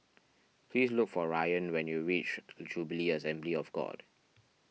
please look for Ryann when you reach Jubilee Assembly of God